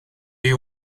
you